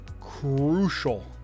crucial